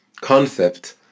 concept